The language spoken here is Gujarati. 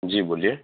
જી બોલીએ